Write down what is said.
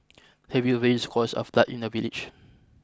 heavy rains caused a flood in the village